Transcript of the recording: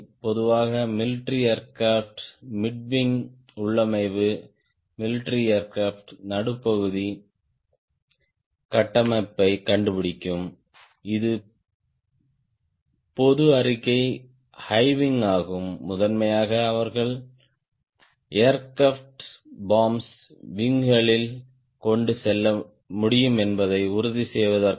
பொதுவாக military aircraft mid wing உள்ளமைவு military aircraft நடுப்பகுதி கட்டமைப்பைக் கண்டுபிடிக்கும் இது பொது அறிக்கை ஹை விங் ஆகும் முதன்மையாக அவர்கள் ஏர்கிராப்ட் பாம்ப்ஸ் விங்களில் கொண்டு செல்ல முடியும் என்பதை உறுதி செய்வதற்காக